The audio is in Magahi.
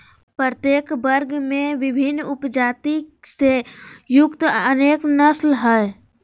प्रत्येक वर्ग में विभिन्न उपजाति से युक्त अनेक नस्ल हइ